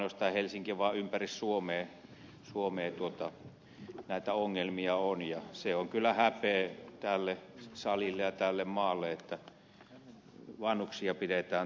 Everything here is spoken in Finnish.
tämä ei ole ainoastaan helsinkiä koskeva vaan ympäri suomea näitä ongelmia on ja se on kyllä häpeä tälle salille ja tälle maalle että vanhuksia pidetään tällaisessa olotilassa